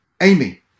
Amy